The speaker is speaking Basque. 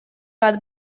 bat